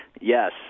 Yes